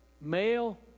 male